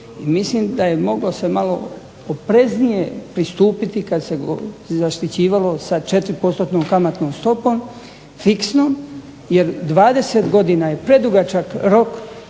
mislim da je moglo se malo opreznije pristupiti kad se zaštićivalo sa 4 postotnom kamatnom stopom fiksno, jer 20 godina je predugačak rok